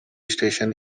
station